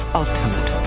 ultimate